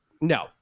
no